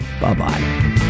bye-bye